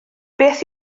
beth